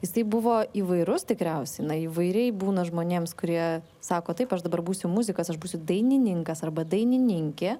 jisai buvo įvairus tikriausia įvairiai būna žmonėms kurie sako taip aš dabar būsiu muzikas aš būsiu dainininkas arba dainininkė